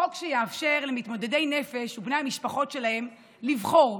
חוק שיאפשר למתמודדי נפש ובני המשפחות שלהם לבחור,